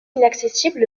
inaccessible